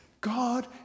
God